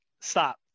stop